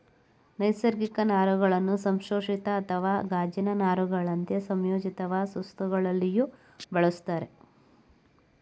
ನೈಸರ್ಗಿಕ ನಾರುಗಳನ್ನು ಸಂಶ್ಲೇಷಿತ ಅಥವಾ ಗಾಜಿನ ನಾರುಗಳಂತೆ ಸಂಯೋಜಿತವಸ್ತುಗಳಲ್ಲಿಯೂ ಬಳುಸ್ತರೆ